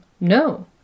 no